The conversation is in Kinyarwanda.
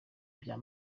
bya